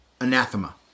anathema